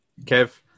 Kev